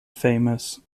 famous